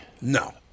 No